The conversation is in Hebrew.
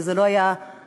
וזה לא היה מעט.